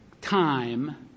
time